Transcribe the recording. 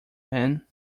man